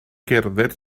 gerdded